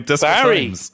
Barry